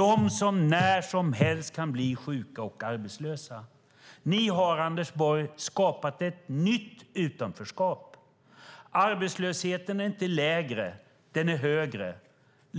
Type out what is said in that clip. och kan när som helst bli sjuka och arbetslösa. Ni har skapat ett nytt utanförskap, Anders Borg. Arbetslösheten är inte lägre, utan den är högre.